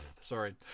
sorry